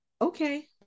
okay